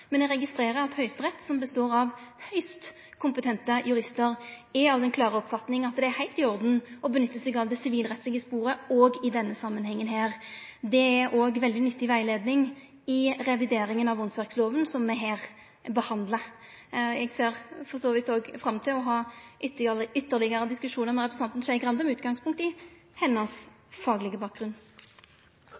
men eg registrerer at Høgsterett, som består av høgst kompetente juristar, har den klare oppfatninga at det er heilt i orden å nytte seg av det sivilrettslege sporet òg i denne samanhengen. Det er òg veldig nyttig rettleiing i revideringa av åndsverklova som me her behandlar. Eg ser for så vidt òg fram til å ha ytterlegare diskusjonar med representanten Skei Grande med utgangspunkt i hennar faglege bakgrunn.